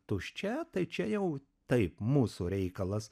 tuščia tai čia jau taip mūsų reikalas